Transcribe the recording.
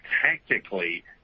tactically